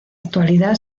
actualidad